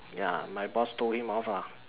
ya my boss told him off ah